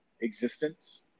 existence